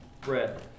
bread